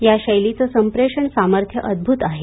या शैलीचे संप्रेषण सामर्थ्य अद्वत आहे